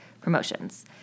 promotions